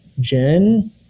Jen